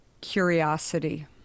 Curiosity